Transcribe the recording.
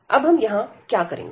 अब हम यहां क्या करेंगे